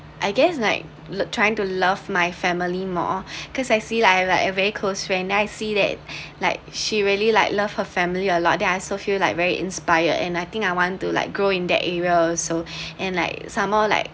I guess like trying to love my family more because I see like my very closed friend then I see that like she really like love her family a lot then I so feel like very inspired and I think I want to like grow in that area also and like some more like